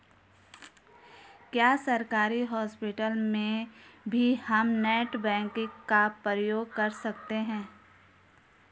क्या सरकारी हॉस्पिटल में भी हम नेट बैंकिंग का प्रयोग कर सकते हैं?